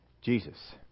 Jesus